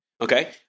Okay